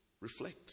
reflect